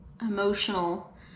emotional